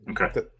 Okay